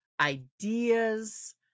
ideas